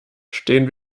stehen